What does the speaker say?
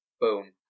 Boom